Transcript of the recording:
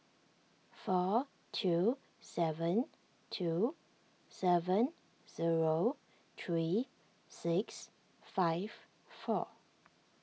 four two seven two seven zero three six five four